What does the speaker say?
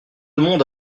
monde